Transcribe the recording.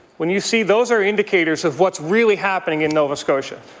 when you see those are indicators of what's really happening in nova scotia.